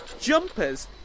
jumpers